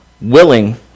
willing